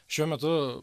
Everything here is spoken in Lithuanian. šiuo metu